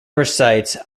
recites